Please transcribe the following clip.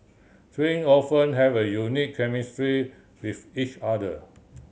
twin often have a unique chemistry with each other